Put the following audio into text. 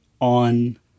on